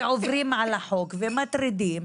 עוברים על החוק ומטרידים,